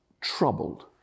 troubled